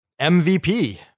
MVP